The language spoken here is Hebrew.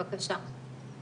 בבקשה.